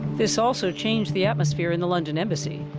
this also changed the atmosphere in the london embassy.